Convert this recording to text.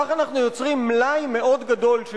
כך אנחנו יוצרים מלאי מאוד גדול של